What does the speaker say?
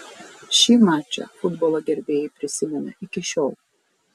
šį mačą futbolo gerbėjai prisimena iki šiol